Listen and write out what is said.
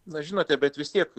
na žinote bet vis tiek